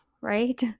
right